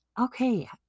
okay